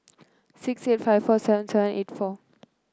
six eight five four seven seven eight four